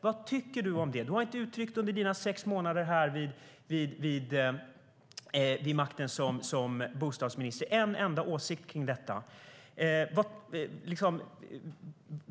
Vad tycker du om det? Du har under dina sex månader vid makten, som bostadsminister, inte uttryckt en enda åsikt om detta.